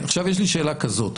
יש לי שאלה כזאת,